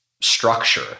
structure